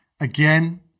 again